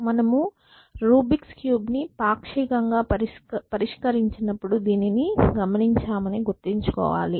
మనము రూబిక్స్ క్యూబ్rubik's cube ను పాక్షికంగా పరిష్కరించినప్పుడు దీనిని గమనించామని గుర్తుంచుకోవాలి